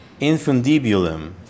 infundibulum